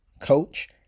coach